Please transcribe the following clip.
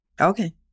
Okay